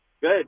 Good